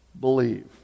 believe